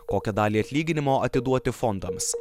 kokią dalį atlyginimo atiduoti fondams